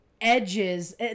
Edges